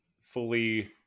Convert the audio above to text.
fully